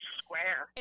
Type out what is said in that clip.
square